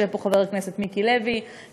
יושב פה חבר הכנסת מיקי לוי,